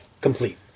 complete